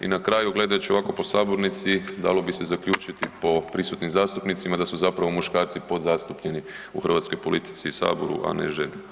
I na kraju gledajući ovako po sabornici dalo bi se zaključiti po prisutnim zastupnicima da su zapravo muškarci podzastupljeni u hrvatskoj politici i saboru, a ne žene.